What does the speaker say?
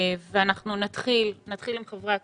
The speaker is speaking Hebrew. נתחיל עם חברי הכנסת.